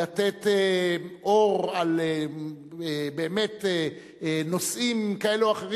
לשפוך אור באמת על נושאים כאלו או אחרים